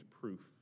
proof